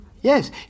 Yes